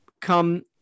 come